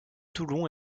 toulon